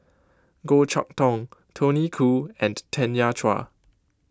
Goh Chok Tong Tony Khoo and Tanya Chua